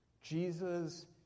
Jesus